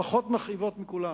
הפחות מכאיבות מכולן,